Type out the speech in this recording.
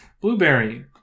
Blueberry